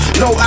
no